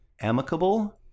amicable